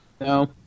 no